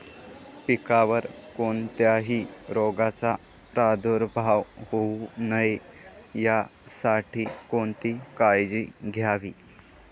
पिकावर कोणत्याही रोगाचा प्रादुर्भाव होऊ नये यासाठी कोणती काळजी घ्यावी?